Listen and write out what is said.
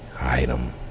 Item